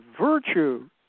virtue